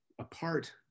apart